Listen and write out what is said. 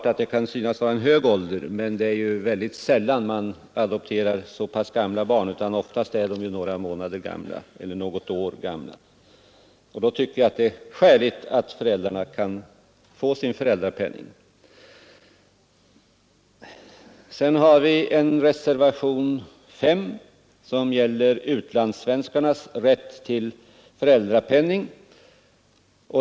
Detta kan synas vara en hög ålder, men det är ju mycket sällan man adopterar så pass gamla barn — oftast är de några månader eller något år gamla. Reservationen 5 gäller utlandssvenskarnas rätt till föräldrapenning.